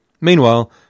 Meanwhile